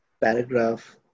paragraph